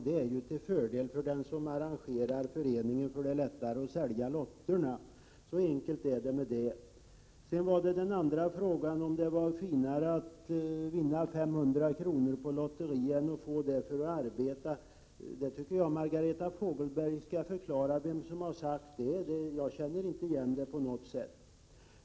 Det är till fördel för den förening som arrangerar, för det är lättare att sälja lotterna. Så enkelt är det med det. Sedan var det den andra frågan, om det är finare att vinna 500 kr. på lotteri än att få samma belopp för att arbeta. Jag tycker att Margareta Fogelberg skall förklara vem som har sagt det. Jag känner inte igen det resonemanget.